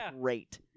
great